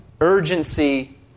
urgency